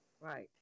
Right